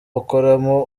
bakoramo